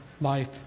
life